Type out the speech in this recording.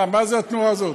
מה זה, התנועה הזאת?